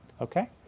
Okay